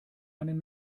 einen